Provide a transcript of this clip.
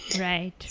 Right